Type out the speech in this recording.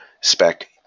spec